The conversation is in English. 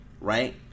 right